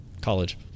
college